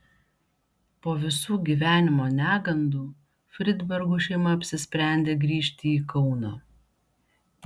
po visų gyvenimo negandų fridbergų šeima apsisprendė grįžti į kauną